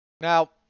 Now